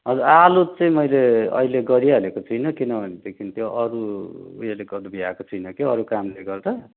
हजुर आलु चाहिँ मैले अहिले गरिहालेको छुइनँ किन भनेदेखिन् त्यो अरू ऊ योले गर्नु भ्याएको छुइनँ कि अरू कामले गर्दा